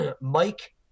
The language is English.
Mike